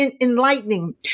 enlightening